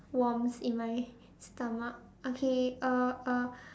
worms in my stomach okay uh uh